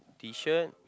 T shirt